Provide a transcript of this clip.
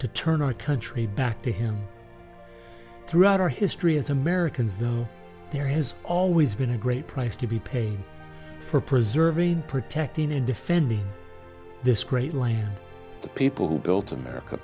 to turn our country back to him throughout our history as americans though there has always been a great price to be paid for preserving protecting and defending this great land the people who built america